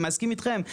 אני מסכים איתכם,